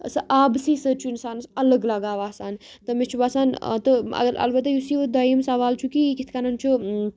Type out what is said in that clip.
سۄ آبہٕ سٕے سۭتۍ چھُ اِنسانَس الگ لگاو آسان تہٕ مےٚ چھُ باسان تہٕ اَگر البتہٕ یُس یہِ دوٚیِم سوال چھُ کہِ یہِ کِتھٕ کَنٮ۪ن چھُ